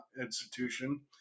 institution